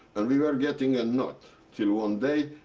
and we were getting a note. till one day,